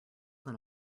than